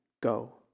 go